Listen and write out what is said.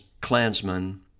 Klansmen